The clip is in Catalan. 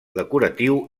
decoratiu